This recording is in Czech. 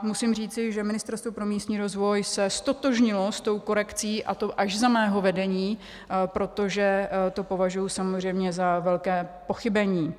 Musím říci, že Ministerstvo pro místní rozvoj se ztotožnilo s touto korekcí, a to až za mého vedení, protože to považuji samozřejmě za velké pochybení.